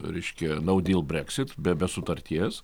reiškia no deal brexit be be sutarties